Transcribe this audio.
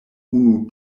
unu